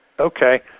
Okay